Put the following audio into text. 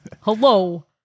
Hello